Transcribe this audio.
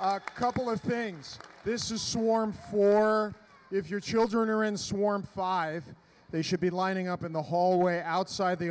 a couple of things this is so warm for her if your children are in swarm five they should be lining up in the hallway outside the